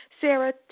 Sarah